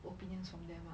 opinions from them lah